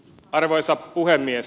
arvoisa puhemies